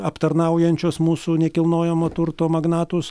aptarnaujančios mūsų nekilnojamo turto magnatus